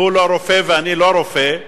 הוא לא רופא ואני לא רופא,